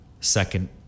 second